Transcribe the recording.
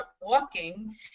walking